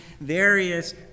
various